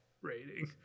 rating